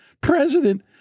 president